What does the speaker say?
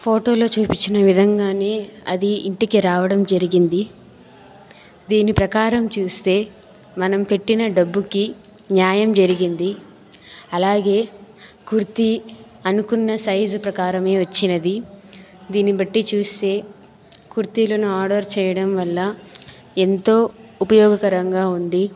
ఫోటోలో చూపించిన విధంగానే అది ఇంటికి రావడం జరిగింది దీని ప్రకారం చూస్తే మనం పెట్టిన డబ్బుకి న్యాయం జరిగింది అలాగే కుర్తీ అనుకున్న సైజ్ ప్రకారమే వచ్చినది దిన్ని బట్టి చూస్తే కుర్తీలను ఆర్డర్ చేయడం వల్ల ఎంతో ఉపయోగకరంగా ఉంది